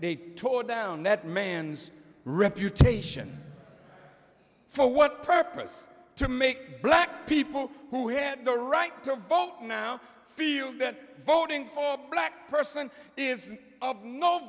they tore down that man's reputation for what purpose to make black people who had no right to vote now feel that voting for black person is